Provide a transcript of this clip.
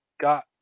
got